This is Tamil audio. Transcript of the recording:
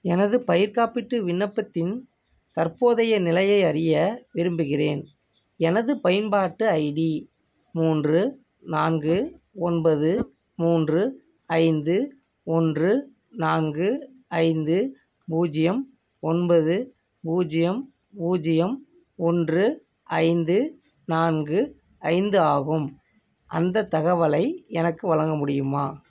எனது பயிர் காப்பீட்டு விண்ணப்பத்தின் தற்போதைய நிலையை அறிய விரும்புகிறேன் எனது பயன்பாட்டு ஐடி மூன்று நான்கு ஒன்பது மூன்று ஐந்து ஒன்று நான்கு ஐந்து பூஜியம் ஒன்பது பூஜியம் பூஜியம் ஒன்று ஐந்து நான்கு ஐந்து ஆகும் அந்தத் தகவலை எனக்கு வழங்க முடியுமா